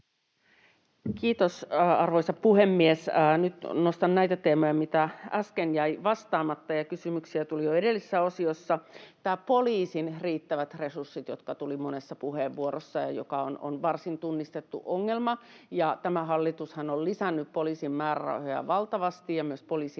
Kiitos, arvoisa puhemies! Nyt nostan näitä teemoja, mitä äsken jäi vastaamatta, vaikka kysymyksiä tuli jo edellisessä osiossa: Poliisin riittävät resurssit tuli monessa puheenvuorossa: Tämä on varsin tunnistettu ongelma, ja tämä hallitushan on lisännyt poliisin määrärahoja valtavasti, ja myös poliisien